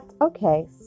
okay